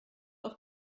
auf